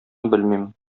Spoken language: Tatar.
белмим